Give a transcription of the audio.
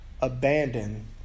abandon